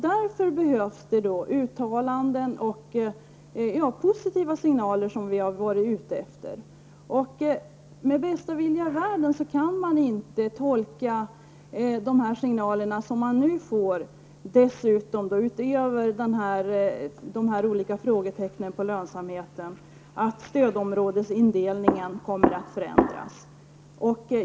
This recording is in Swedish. Därför behövs det positiva signaler, som vi har varit ute efter. Så kan man inte med bästa vilja i världen tolka de signaler som nu ges -- utöver alla frågetecknen när det gäller lönsamheten -- att stödområdesindelningen kommer att förändras.